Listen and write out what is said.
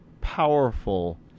powerful